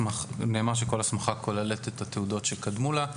נאמר שכל הסמכה כוללת את התעודות שקדמו לה,